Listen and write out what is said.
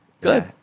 Good